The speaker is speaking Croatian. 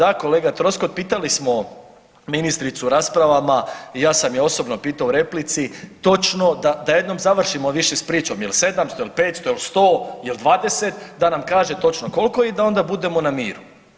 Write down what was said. Da, kolega Troskot pitali smo ministricu u raspravama i ja sam je osobno pitao u replici točno da jednom završimo više s pričom jel 700, jel 500, jel 100, jel 20, da nam kaže točno koliko i da onda budemo na miru.